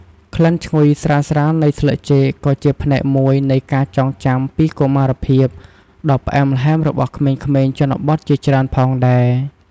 ក្លិនឈ្ងុយស្រាលៗនៃស្លឹកចេកក៏ជាផ្នែកមួយនៃ ការចងចាំពីកុមារភាព ដ៏ផ្អែមល្ហែមរបស់ក្មេងៗជនបទជាច្រើនផងដែរ។